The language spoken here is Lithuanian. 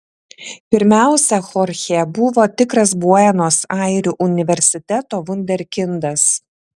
pirmiausia chorchė buvo tikras buenos airių universiteto vunderkindas